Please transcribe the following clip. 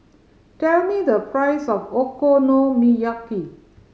tell me the price of Okonomiyaki